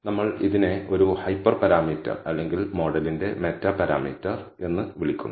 നമ്മൾ ഇതിനെ ഒരു ഹൈപ്പർ പാരാമീറ്റർ അല്ലെങ്കിൽ മോഡലിന്റെ മെറ്റാ പാരാമീറ്റർ എന്ന് വിളിക്കുന്നു